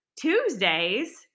Tuesdays